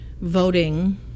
Voting